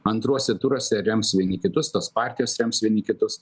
antruose turuose rems vieni kitus tas partijas rems vieni kitus